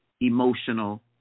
emotional